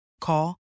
Call